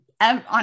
on